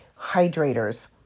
hydrators